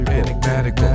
enigmatic